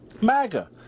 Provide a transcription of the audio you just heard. MAGA